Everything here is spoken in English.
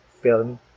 film